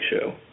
Show